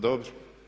Dobro.